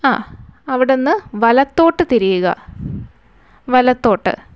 ആ അവിടെ നിന്ന് വലത്തോട്ട് തിരിയുക വലത്തോട്ട്